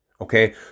okay